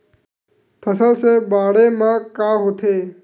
फसल से बाढ़े म का होथे?